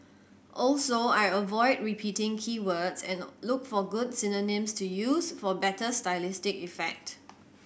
also I avoid repeating key words and look for good synonyms to use for better stylistic effect